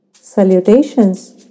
Salutations